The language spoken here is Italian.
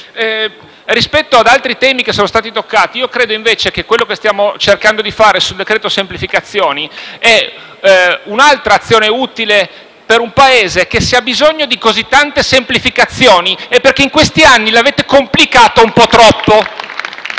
Rispetto ad altri temi che sono stati toccati, credo che quello che stiamo cercando di fare sul decreto semplificazioni sia un'altra azione utile per un Paese che, se ha bisogno di così tante semplificazioni, è perché in questi anni lo avete complicato un po' troppo.